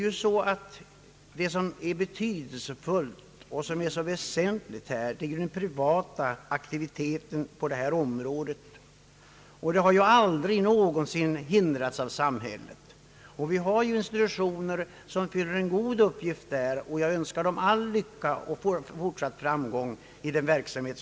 Vad som är betydelsefullt och väsentligt är den privata aktiviteten på detta område, och den har aldrig någonsin hindrats av samhället. Vi har institutioner som fyller en god uppgift härvidlag, och jag önskar dem all lycka och fortsatt framgång i sin verksamhet.